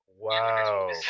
Wow